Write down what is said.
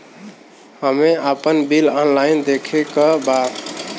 हमे आपन bill online देखे के बा?